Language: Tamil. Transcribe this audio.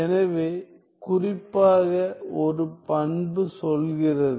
எனவே குறிப்பாக ஒரு பண்பு சொல்கிறது